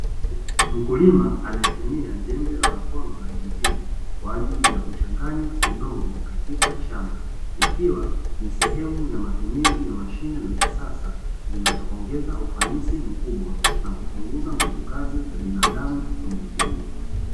Mkulima anayetumia jembe la mkono la injini kwa ajili ya kuchanganya udongo katika shamba, ikiwa ni sehemu ya matumizi ya mashine za kisasa zinazoongeza ufanisi mkubwa na kupunguza nguvu kazi za binadamu kwenye kilimo.